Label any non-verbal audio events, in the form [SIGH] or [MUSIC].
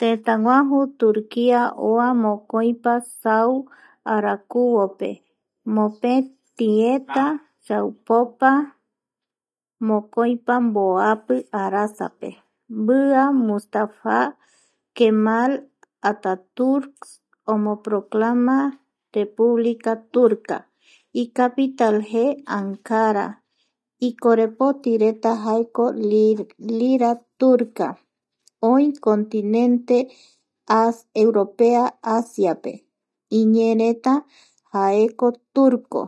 Tëtäguaju Turquia oa mokoipa sau arakuvope mopeti [NOISE] eta mokoipa chaupopa mboapi mboapi arasape, mbia Mustafa Quemal Atur omoproclama Rpública Turka icapital jee Ancara ikorepotireta jaeko [HESITATION] lira turka oï contenente [HESITATION] Europea Asiape iñeereta jaeko turko [NOISE]